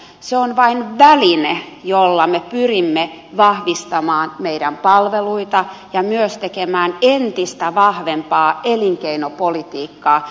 se on vain väline jolla me pyrimme vahvistamaan meidän palveluitamme ja myös tekemään entistä vahvempaa elinkeinopolitiikkaa